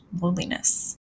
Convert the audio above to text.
loneliness